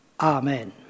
Amen